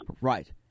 Right